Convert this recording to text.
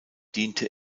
diente